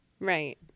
Right